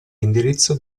indirizzo